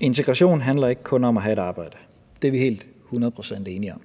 Integration handler ikke kun om at have et arbejde. Det er vi helt hundrede procent enige om.